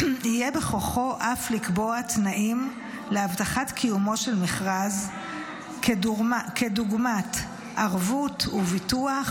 יהיה בכוחו אף לקבוע תנאים להבטחת קיומו של מכרז כדוגמת ערבות וביטוח,